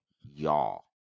Y'all